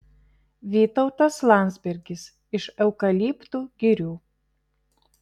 vytautas landsbergis iš eukaliptų girių